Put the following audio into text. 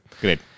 Great